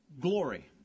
Glory